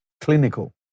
clinical